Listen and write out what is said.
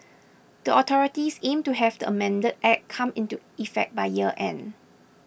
the authorities aim to have the amended Act come into effect by year end